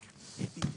יבוא "הצהרת